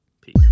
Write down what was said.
Peace